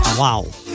wow